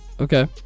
Okay